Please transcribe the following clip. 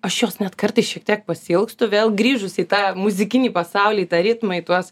aš jos net kartais šiek tiek pasiilgstu vėl grįžus į tą muzikinį pasaulį tą ritmą į tuos